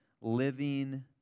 living